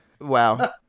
Wow